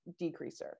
decreaser